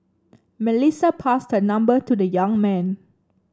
Melissa passed her number to the young man